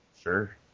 Sure